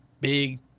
big